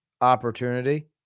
opportunity